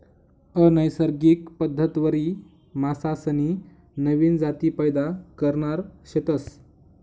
अनैसर्गिक पद्धतवरी मासासनी नवीन जाती पैदा करणार शेतस